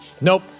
Nope